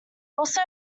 also